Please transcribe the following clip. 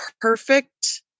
perfect